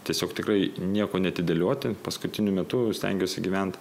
tiesiog tikrai nieko neatidėlioti paskutiniu metu stengiuosi gyvent